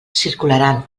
circularan